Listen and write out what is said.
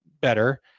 better